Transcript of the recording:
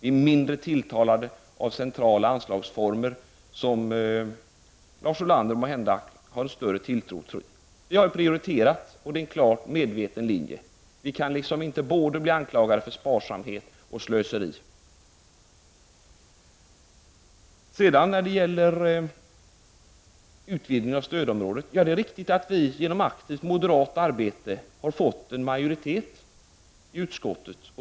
Vi är mindre tilltalade av centrala anslagsformer, som Lars Ulander måhända har en större tilltro till. Vi har prioriterat, och det är en klart medveten linje. Men vi kan inte bli anklagade för både sparsamhet och slöseri. När det gäller utvidgning av stödområdet är det riktigt att vi genom aktivt moderat arbete har fått en majoritet i utskottet.